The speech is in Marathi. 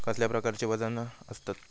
कसल्या प्रकारची वजना आसतत?